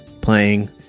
playing